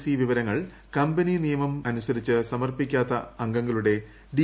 C വിവരങ്ങൾ company നിയമം അനുസരിച്ച് സമർപ്പിക്കാത്ത അംഗങ്ങളിൂടെ ഡി